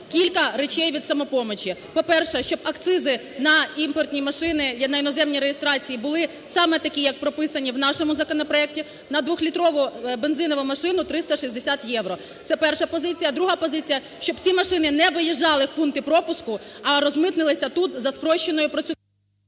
кілька речей від "Самопомочі". По-перше, щоб акцизи на імпортні машини… на іноземній реєстрації були саме такі, як прописані в нашому законопроекті: на дволітрову бензинову машину – 360 євро. Це перша позиція. Друга позиція: щоб ці машини не виїжджали в пункти пропуску, а розмитнилися тут за спрощеною процедурою…